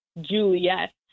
Juliet